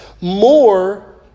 More